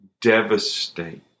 devastate